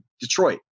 Detroit